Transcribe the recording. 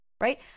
right